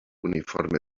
uniforme